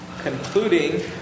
concluding